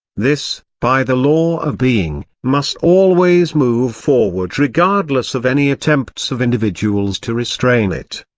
this, by the law of being, must always move forward regardless of any attempts of individuals to restrain it.